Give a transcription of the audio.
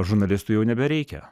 žurnalistų jau nebereikia